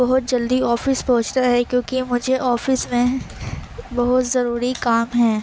بہت جلدی آفس پہنچنا ہے کیوںکہ مجھے آفس میں بہت ضروری کام ہیں